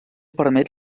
permet